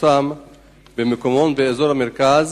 פורסמה במקומון באזור המרכז